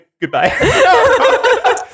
goodbye